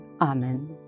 Amen